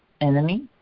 enemy